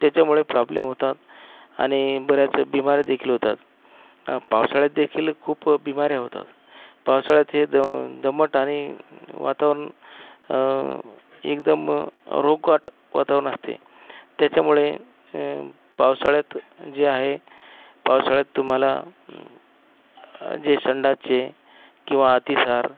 त्याच्यामुळे प्रॉब्लेम होतात आणि बऱ्याच बिमाऱ्यादेखील होतात पावसाळ्यातदेखील खूप बिमाऱ्या होतात पावसाळ्यात ते दमट आणि वातावरण एकदम रोगट वातावरण असते त्याच्यामुळे पावसाळ्यात जे आहे पावसाळ्यात तुम्हाला जे संडासचे किंवा अतिसार